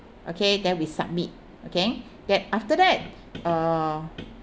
okay then we submit okay then after that uh